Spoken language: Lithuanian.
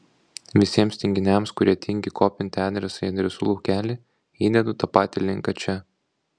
visiems tinginiams kurie tingi kopinti adresą į adresų laukelį įdedu tą patį linką čia